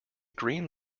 green